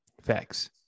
Facts